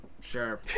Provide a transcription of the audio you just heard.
sure